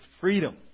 freedom